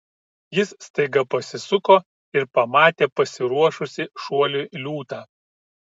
jis staiga pasisuko ir pamatė pasiruošusį šuoliui liūtą